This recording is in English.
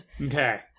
Okay